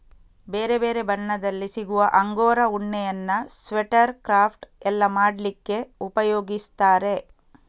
ಬೇರೆ ಬೇರೆ ಬಣ್ಣದಲ್ಲಿ ಸಿಗುವ ಅಂಗೋರಾ ಉಣ್ಣೆಯನ್ನ ಸ್ವೆಟರ್, ಕ್ರಾಫ್ಟ್ ಎಲ್ಲ ಮಾಡ್ಲಿಕ್ಕೆ ಉಪಯೋಗಿಸ್ತಾರೆ